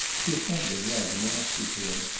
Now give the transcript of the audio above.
she had been rather nasty to him.